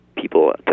People